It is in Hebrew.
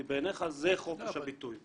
כי בעיניך זה חופש הביטוי.